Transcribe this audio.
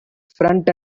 front